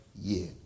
year